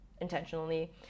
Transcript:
intentionally